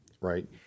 right